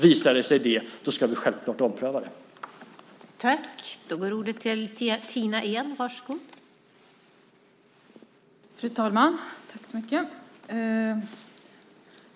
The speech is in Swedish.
Visar det sig vara så ska vi självklart ompröva det här.